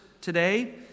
today